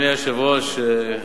אדוני היושב-ראש,